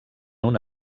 una